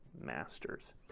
Masters